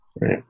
right